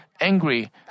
angry